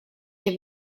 się